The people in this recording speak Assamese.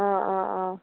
অঁ অঁ অঁ